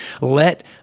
let